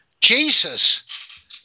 Jesus